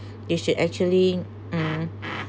they should actually um